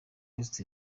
west